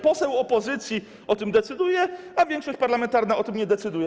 Poseł opozycji o tym decyduje, a większość parlamentarna o tym nie decyduje.